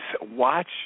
watch